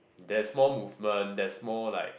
there's more movement there's more like